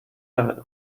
der